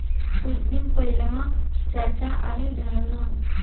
कुछ दिन पहिलवा चाचा आइल रहन